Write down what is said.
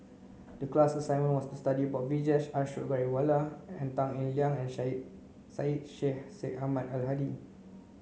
the class assignment was to study about Vijesh Ashok Ghariwala Tan Eng Liang and Syed Sheikh Syed Ahmad Al Hadi